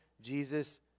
Jesus